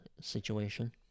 situation